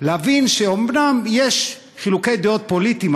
להבין שאומנם יש חילוקי דעות פוליטיים,